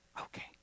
Okay